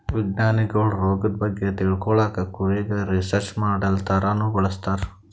ವಿಜ್ಞಾನಿಗೊಳ್ ರೋಗದ್ ಬಗ್ಗೆ ತಿಳ್ಕೊಳಕ್ಕ್ ಕುರಿಗ್ ರಿಸರ್ಚ್ ಮಾಡಲ್ ಥರಾನೂ ಬಳಸ್ತಾರ್